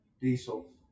diesel